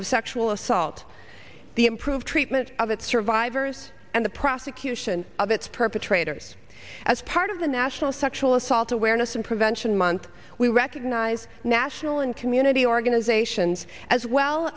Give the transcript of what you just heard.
of sexual assault the improve treatment of its survivors and the prosecution of its perpetrators as part of the national sexual assault awareness and prevention month we recognize national and community organizations as well